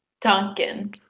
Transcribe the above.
Duncan